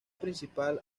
principal